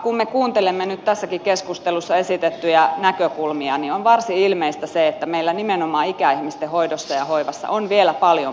kun me kuuntelemme nyt tässäkin keskustelussa esitettyjä näkökulmia on varsin ilmeistä se että meillä nimenomaan ikäihmisten hoidossa ja hoivassa on vielä paljon puutteita